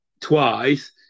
twice